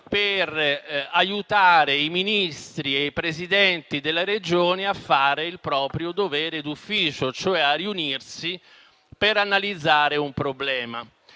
per aiutare i Ministri e i Presidenti delle Regioni a fare il proprio dovere d'ufficio, cioè a riunirsi per analizzare un problema.